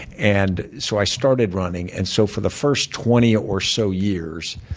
and so i started running. and so for the first twenty or so years,